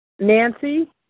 Nancy